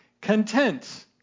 content